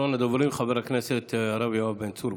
אחרון הדוברים, חבר הכנסת הרב יואב בן צור,